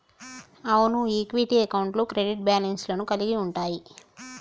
అవును ఈక్విటీ అకౌంట్లు credit balance లను కలిగి ఉంటయ్యి